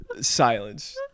Silence